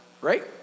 right